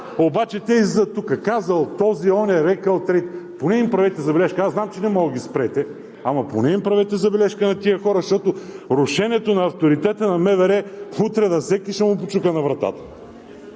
обаче те излизат тук: казал този, онзи рекъл, трети… Поне им правете забележка. Знам, че не можете да ги спрете, ама поне правете забележка на тези хора, защото рушенето на авторитета на МВР – утре на всеки ще му почука на вратата.